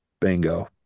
Bingo